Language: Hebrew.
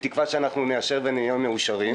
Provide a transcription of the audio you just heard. בתקווה שאנחנו נאשר ונהיה מאושרים,